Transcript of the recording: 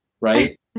right